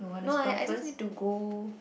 no I I just need to go